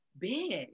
big